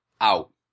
out